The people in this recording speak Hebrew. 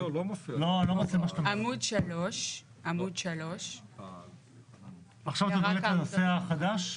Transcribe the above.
עמוד 3. עכשיו את מדברת על הנושא החדש?